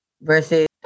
versus